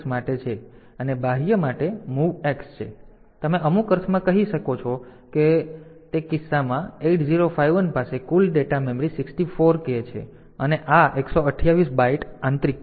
તેથી આ આંતરિક છે અને બાહ્ય માટે MOVX છે તમે અમુક અર્થમાં કહી શકો છો કે હું કહી શકું છું કે તે કિસ્સામાં 8051 પાસે કુલ ડેટા મેમરી 64K છે અને આ 128 બાઈટ આંતરિક છે